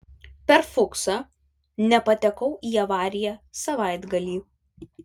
per fuksą nepatekau į avariją savaitgalį